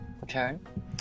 return